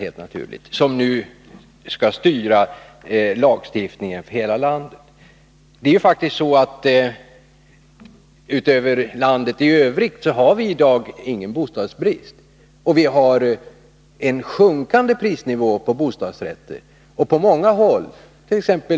Det är tydligen detta faktum som nu skall styra lagstiftningen för hela landet. I landet i övrigt har vi i dag ingen bostadsbrist. Vi har där en sjunkande prisnivå på bostadsrätter. På många håll —t.ex.